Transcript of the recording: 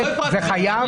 זה חייב?